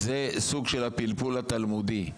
זה סוג של הפלפול התלמודי,